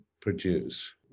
produce